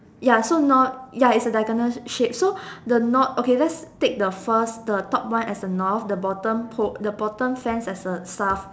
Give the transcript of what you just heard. ya so now ya its a diagonal shape so the north okay let's take the first the top one as the north the bottom pole the bottom sands as the South